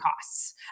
costs